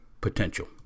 potential